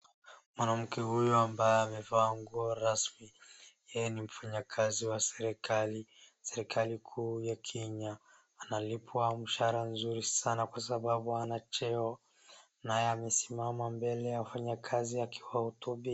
Mwanamke huyu ambaye akiwa amevaa manguo rasmi yeye ni mfanyakazi ya serikali. Serikali kuu ya Kenya analipwa mshahara mzuri sana kwa sababu anacheo na yeye amesimama mbele ya wafanyikazi akiwahotubia.